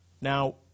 now